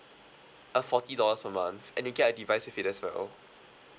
uh forty dollars a month and you get a device with it as well